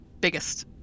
biggest